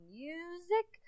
music